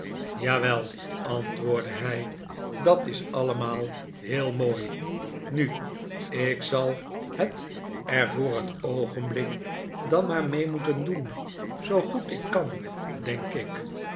jawel antwoordde hij dat is allemaal heel mooi nu ik zal het er voor het oogenblik dan maar mee moeten doen zoo goed ik kan denk ik